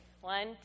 one